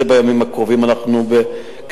זה בימים הקרובים, זו בשורה טובה.